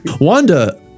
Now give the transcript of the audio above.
Wanda